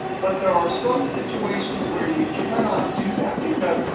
but there are some situations where you cannot do that because,